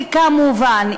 וכמובן,